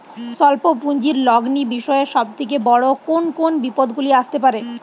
স্বল্প পুঁজির লগ্নি বিষয়ে সব থেকে বড় কোন কোন বিপদগুলি আসতে পারে?